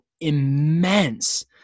immense